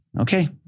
okay